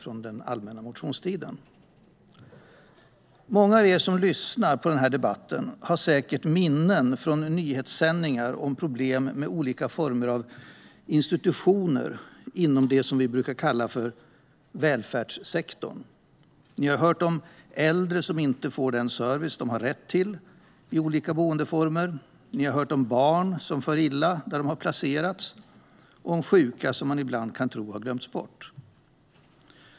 Trygg och säker vård för barn och unga som vårdas utanför det egna hemmet Många av er som lyssnar på den här debatten har säkert minnen från nyhetssändningar om problem på olika former av institutioner inom det vi kallar för välfärdssektorn. Ni har hört om äldre som inte får den service de har rätt till i olika boendeformer, ni har hört om barn som far illa där de placerats och ni har hört om sjuka som man ibland kan tro har glömts bort.